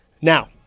Now